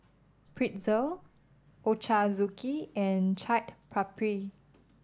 Pretzel Ochazuke and Chaat Papri